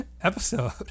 episode